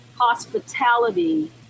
hospitality